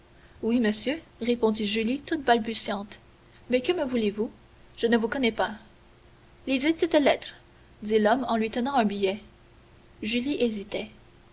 oui monsieur répondit julie toute balbutiante mais que me voulez-vous je ne vous connais pas lisez cette lettre dit l'homme en lui tendant un billet julie hésitait